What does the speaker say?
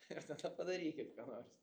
ir tada padarykit ką nors